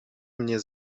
mnie